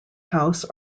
house